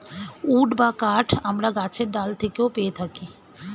would বা কাঠ আমরা গাছের ডাল থেকেও পেয়ে থাকি